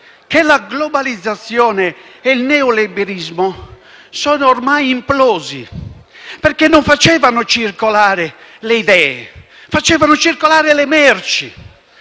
che la globalizzazione e il neoliberismo sono ormai implosi, perché non facevano circolare le idee, ma le merci.